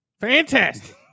fantastic